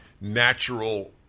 natural